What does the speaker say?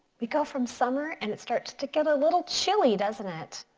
we go from summer and it starts to get a little chilly doesn't it?